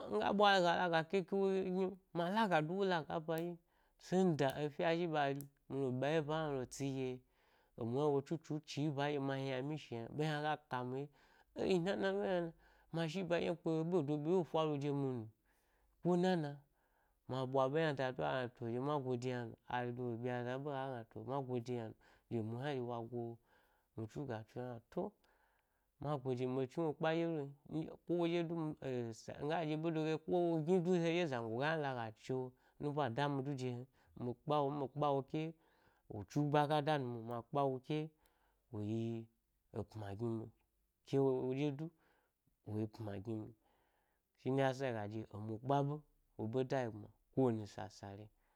Miga ɓwa gala ga keke wa gni’o, ma senda efye zhi ɓari mile ba ye ba hna lo le tsi ɗye. Emu hna wo tsutsu chi baɗye ma yna’ myi shi’o yna, ɓe hna ga kamiye e yiyi nana lo hna na? Ma shiba ɗye kpe bede ɓe ye wo faru demi nu, ko nana, ma ɓwa ɓ hna da ga to, ɗye ma gode hna no alo byi aza ɓe aga gna to, ma gode hna ne, ɗye emu hna ɗye wa go mi tsu ga tsu ga tsu hna-to-ma gode, mi ɓ chaiwe kpe ɗye to n, ke woɓye du mi eh-sa mi ga ɗye ɓe de geye zango ga laga chniwo nubo a-dami du de hen, mi kpa wo, mi ɓ kpa wok e wo tsu gbaga da nu now, ma kpe, wok e wo yi-e pma gimi ke wo-ɗye du woyi’ pma gimi, shine yasa hega ɗye, emu kpa ɓe wo ɓe dayi gbma ko wani sasa le.